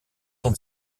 sont